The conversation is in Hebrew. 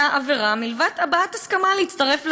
עבירה מלבד הבעת הסכמה להצטרך לארגון,